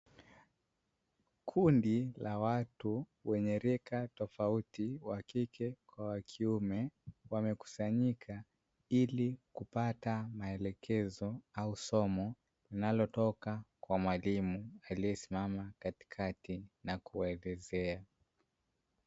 Kundi la watu wenye rika tofauti wakike kwa wakiume wamekusanyika ili kupata maelekezo au somo linalotoka kwa mwalimu aliyesimama katikati na kuwaelezea.